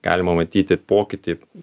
galima matyti pokytį